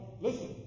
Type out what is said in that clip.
Listen